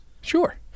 Sure